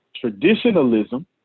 traditionalism